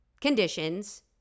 conditions